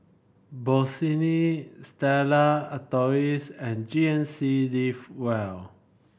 Bossini Stella Artois and G N C Live Well